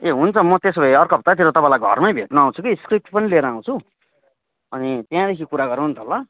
ए हुन्छ म त्यसो भएँ अर्को हप्तातिर तपाईँलाई घरमै भेट्न आउँछु कि स्क्रिप्ट पनि लिएर आउँछु अनि त्यहाँदेखि कुरा गरौँ न त ल